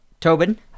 Tobin